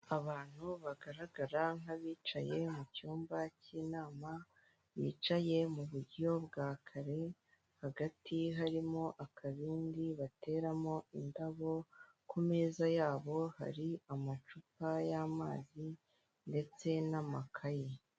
Abantu bagaragara nk'abicaye mu cyumba cy'inama, bicaye muburyo bwa kare, hagati harimo akabindi bateramo indabo, ku meza yabo hari amacupa y'amazi ndetse n'amakaye.